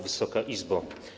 Wysoka Izbo!